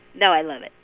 no, i love it.